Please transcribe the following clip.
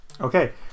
Okay